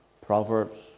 Proverbs